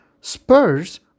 Spurs